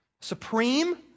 Supreme